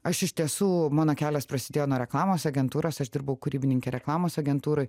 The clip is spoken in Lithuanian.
aš iš tiesų mano kelias prasidėjo nuo reklamos agentūros aš dirbau kūrybininke reklamos agentūroj